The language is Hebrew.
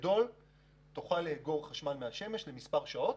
אפשר יהיה לאגור חשמל מהשמש למספר שעות.